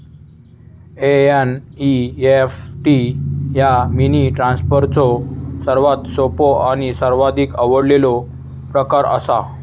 NEFT ह्या money ट्रान्सफरचो सर्वात सोपो आणि सर्वाधिक आवडलेलो प्रकार असा